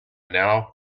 now